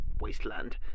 wasteland